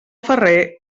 ferrer